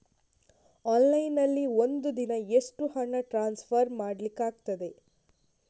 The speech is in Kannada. ಆನ್ಲೈನ್ ನಲ್ಲಿ ಒಂದು ದಿನ ಎಷ್ಟು ಹಣ ಟ್ರಾನ್ಸ್ಫರ್ ಮಾಡ್ಲಿಕ್ಕಾಗ್ತದೆ?